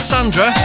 Sandra